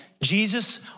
Jesus